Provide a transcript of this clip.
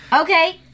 Okay